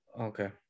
Okay